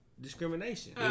discrimination